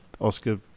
Oscar